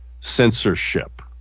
censorship